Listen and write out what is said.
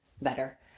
better